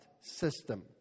system